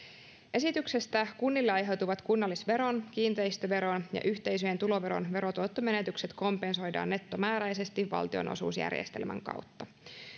esityksestä kunnille aiheutuvat kunnallisveron kiinteistöveron ja yhteisöjen tuloveron verotuottomenetykset kompensoidaan nettomääräisesti valtionosuusjärjestelmän kautta